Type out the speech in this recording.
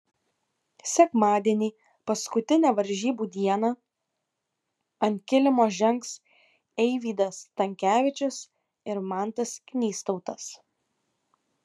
sekmadienį paskutinę varžybų dieną ant kilimo žengs eivydas stankevičius ir mantas knystautas